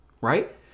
right